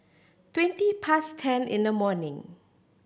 twenty past ten in the morning